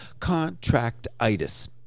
contractitis